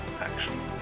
action